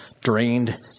drained